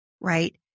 right